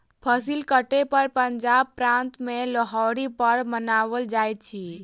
फसिल कटै पर पंजाब प्रान्त में लोहड़ी पर्व मनाओल जाइत अछि